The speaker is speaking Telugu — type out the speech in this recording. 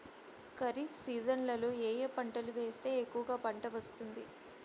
ఖరీఫ్ సీజన్లలో ఏ ఏ పంటలు వేస్తే ఎక్కువగా పంట వస్తుంది?